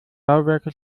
bauwerke